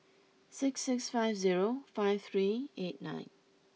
six six five zero five three eight nine